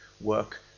work